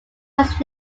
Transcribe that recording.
was